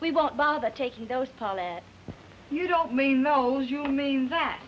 we won't bother taking those tall that you don't mean those you mean that